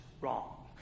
wrong